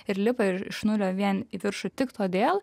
ir lipa iš nulio vien į viršų tik todėl